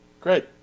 Great